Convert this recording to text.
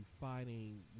fighting